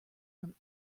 from